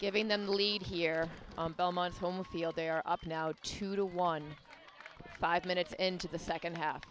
giving them the lead here on belmont home field they're up now two to one five minutes into the second half